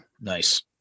Nice